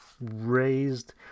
raised